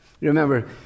Remember